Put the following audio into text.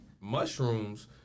mushrooms